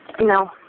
No